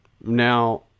Now